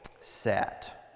sat